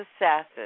assassins